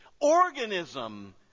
organism